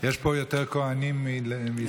יש פה יותר כוהנים מישראלים.